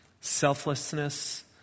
selflessness